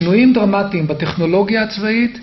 תלויים דרמטיים בטכנולוגיה הצבאית